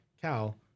Cal